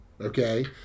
Okay